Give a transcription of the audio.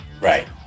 Right